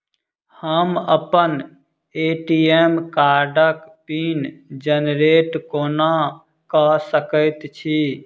हम अप्पन ए.टी.एम कार्डक पिन जेनरेट कोना कऽ सकैत छी?